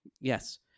Yes